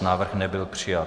Návrh nebyl přijat.